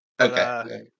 Okay